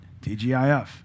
TGIF